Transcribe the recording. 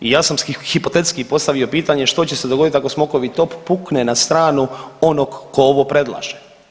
I ja sam hipotetski postavio pitanje što će se dogoditi ako smokovi top pukne na stranu onog tko ovo predlaže.